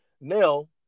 now